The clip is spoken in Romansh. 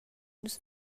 nus